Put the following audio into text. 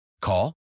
Call